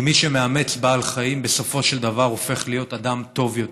כי מי שמאמץ בעל חיים בסופו של דבר הופך להיות אדם טוב יותר.